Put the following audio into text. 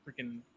freaking